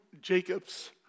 Jacob's